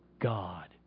God